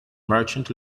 merchant